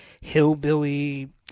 hillbilly